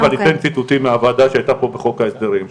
ואני אתן ציטוטים מהוועדה שהיתה פה בחוק ההסדרים.